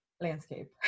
landscape